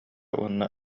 уонна